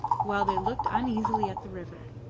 while they looked uneasily at the river.